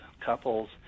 couples